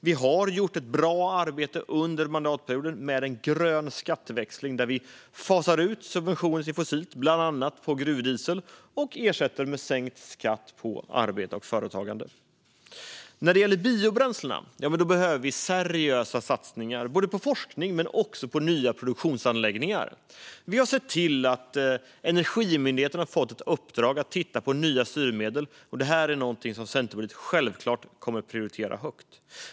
Vi har gjort ett bra arbete under mandatperioden med en grön skatteväxling där vi fasar ut subventioner till fossilt - bland annat på gruvdiesel - och ersätter detta med sänkt skatt på arbete och företagande. När det gäller biobränslena behöver vi seriösa satsningar både på forskning och på nya produktionsanläggningar. Vi har sett till att Energimyndigheten har fått ett uppdrag att titta på nya styrmedel. Detta är någonting som Centerpartiet självklart kommer att prioritera högt.